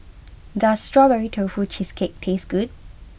does Strawberry Tofu Cheesecake taste good